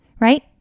right